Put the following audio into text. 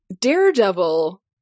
Daredevil